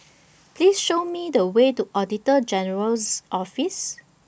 Please Show Me The Way to Auditor General's Office